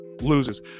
loses